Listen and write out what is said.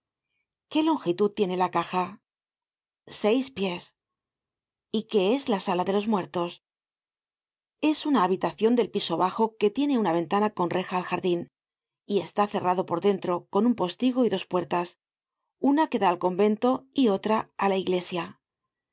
qué longitud tiene la caja seis pies y qué es la sala de los muertos es una habitacion del piso bajo que tiene una ventana con reja al jardin y está cerrada por dentro con un postigo y dos puertas una que da al convento y otra á la iglesia